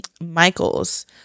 Michael's